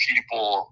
people